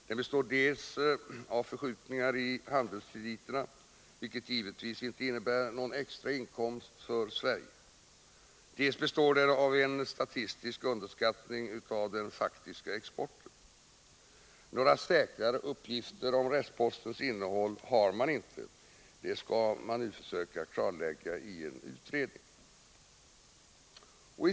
Den består dels av förskjutningar i handelskrediterna, vilket givetvis inte innebär någon extra inkomst för Sverige, dels av en statistisk underskattning av den faktiska exporten. Några säkrare uppgifter om restpostens innehåll har man inte; detta skall man nu försöka klarlägga i en utredning.